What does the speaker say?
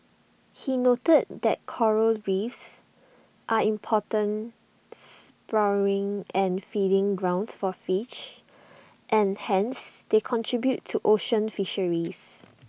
he noted that Coral reefs are important spawning and feeding grounds for fish and hence they contribute to ocean fisheries